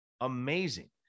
Amazing